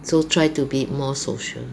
so try to be more social